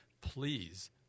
please